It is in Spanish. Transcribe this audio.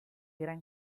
gran